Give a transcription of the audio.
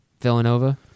Villanova